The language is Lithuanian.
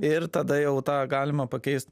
ir tada jau tą galima pakeist